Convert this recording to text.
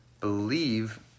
believe